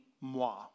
moi